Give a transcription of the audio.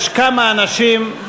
יש כמה אנשים.